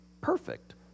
perfect